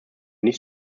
ich